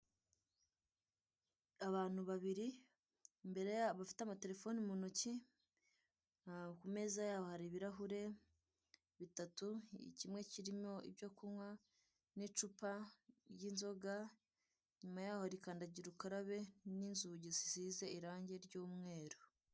Abantu babiri, imbere yabo bafite amatelefone mu ntoki, ku meza yabo hari ibirahure bitatu; kimwe kirimo ibyo kunywa, n'icupa ry'inzoga, inyuma yaho hari kandagirukarabe, n'inzugi zisize irange ry'umweru.